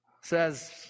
says